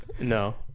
No